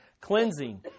cleansing